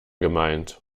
gemeint